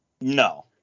No